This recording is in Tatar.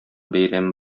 бәйрәме